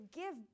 give